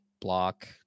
block